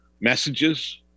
messages